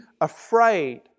afraid